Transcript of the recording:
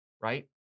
right